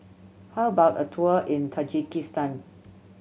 how about a tour in Tajikistan